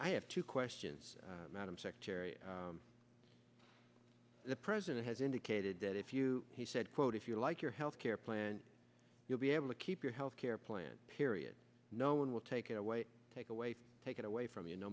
i have two questions madam secretary the president has indicated that if you he said quote if you like your health care plan you'll be able to keep your health care plan period no one will take it away take away take it away from you no